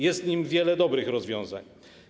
Jest w nim wiele dobrych rozwiązań.